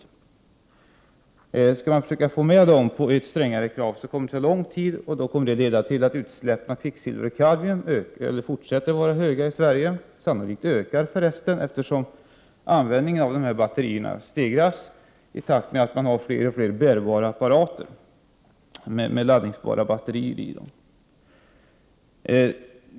Om man skall försöka få EG att ansluta sig till strängare krav kommer det att ta lång tid, och det kommer att leda till att utsläppen av kvicksilver och kadmium i Sverige ökar eller fortsätter att vara höga. De kommer sannolikt att öka, eftersom användningen av dessa batterier ökar i takt med att fler och fler bärbara apparater med laddningsbara batterier tillkommer.